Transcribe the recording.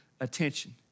attention